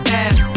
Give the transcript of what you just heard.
ass